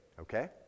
okay